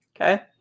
Okay